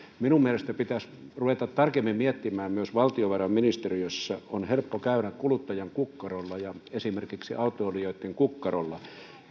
minun mielestäni tätä pitäisi ruveta tarkemmin miettimään myös valtiovarainministeriössä on helppo käydä kuluttajan kukkarolla ja esimerkiksi autoilijoitten kukkarolla